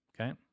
okay